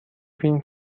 فیلم